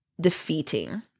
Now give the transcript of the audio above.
defeating